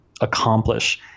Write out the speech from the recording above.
accomplish